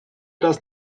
does